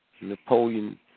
Napoleon